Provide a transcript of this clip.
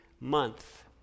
month